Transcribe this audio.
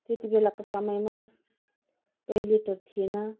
त्यति बेलाको समयमा टोइलेटहरू थिएन